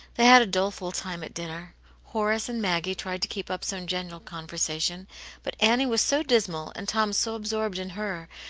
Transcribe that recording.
they had a doleful time at dinner horace and maggie tried to keep up some general conversation but annie was so dismal, and tom so absorbed in her,